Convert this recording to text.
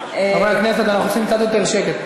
חברי הכנסת, אנחנו רוצים קצת יותר שקט.